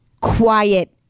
quiet